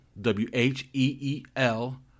W-H-E-E-L